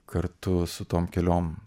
kartu su tom keliom